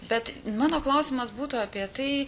bet mano klausimas būtų apie tai